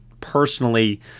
personally